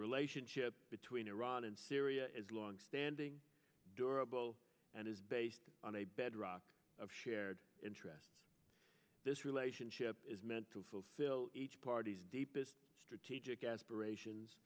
relationship between iran and syria is longstanding durable and is based on a bedrock of shared interest this relationship is meant to fulfill each party's deepest strategic aspirations